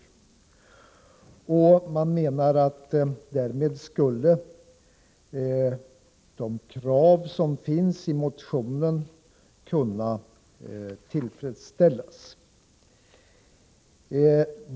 Man menar att kraven i motionen därmed skulle kunna uppfyllas.